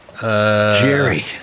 Jerry